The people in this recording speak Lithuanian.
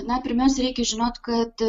na pirmiausia reikia žinot kad